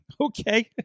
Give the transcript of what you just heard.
Okay